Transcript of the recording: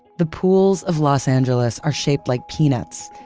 the pools of los angeles are shaped like peanuts,